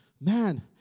man